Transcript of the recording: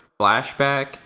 flashback